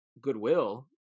goodwill